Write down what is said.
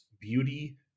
beauty